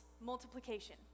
multiplication